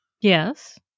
Yes